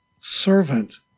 servant